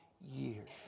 years